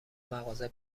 مغازه